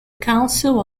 council